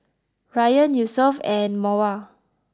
Rayyan Yusuf and Mawar